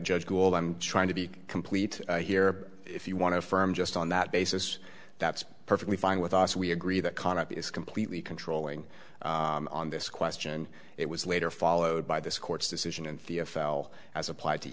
judge gould i'm trying to be complete here if you want to firm just on that basis that's perfectly fine with us we agree that conduct is completely controlling on this question it was later followed by this court's decision and theophile as applied to